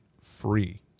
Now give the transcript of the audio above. free